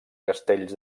castells